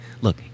look